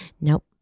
Nope